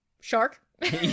shark